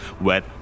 Wet